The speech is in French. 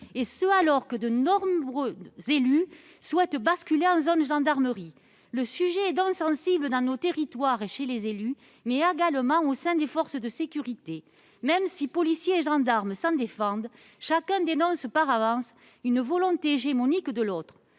police, alors que de nombreux élus souhaitent basculer en zone gendarmerie. Le sujet est donc sensible dans nos territoires et chez les élus, mais également au sein des forces de sécurité. Même si policiers et gendarmes s'en défendent, chacun dénonce par avance la volonté hégémonique de l'autre.